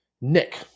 nick